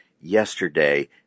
yesterday